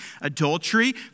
Adultery